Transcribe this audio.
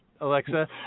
Alexa